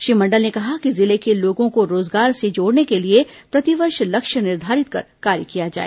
श्री मंडल ने कहा कि जिले के लोगों को रोजगार से जोड़ने के लिए प्रतिवर्ष लक्ष्य निर्धारित कर कार्य किया जाए